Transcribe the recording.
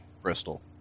Bristol